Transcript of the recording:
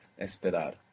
esperar